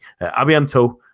Abianto